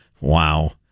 Wow